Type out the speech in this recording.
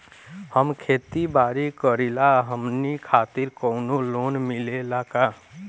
हम खेती बारी करिला हमनि खातिर कउनो लोन मिले ला का?